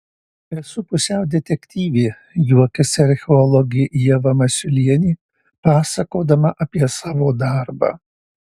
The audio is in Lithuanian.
esu pusiau detektyvė juokiasi archeologė ieva masiulienė pasakodama apie savo darbą